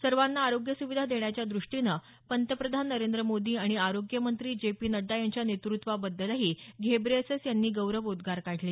सर्वांना आरोग्य सुविधा देण्याच्या द्रष्टीनं पंतप्रधान नरेंद्र मोदी आणि आरोग्य मंत्री जे पी नड्डा यांच्या नेतृत्वाबद्दलही घेब्रेयेसस गौरवोद्गार काढले